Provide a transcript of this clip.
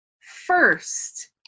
first